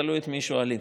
תלוי את מי שואלים.